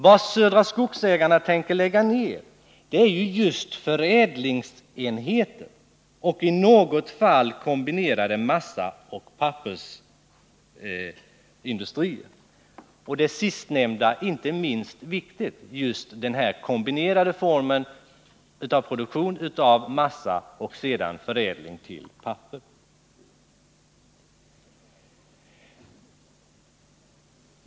Vad Södra Skogsägarna tänker lägga ned är just förädlingsenheter — i något fall kombinerade massaoch pappersindustrier. Det sistnämnda — den kombinerade produktionen av massa och papper — är den inte minst viktiga.